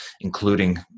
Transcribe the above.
including